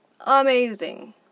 amazing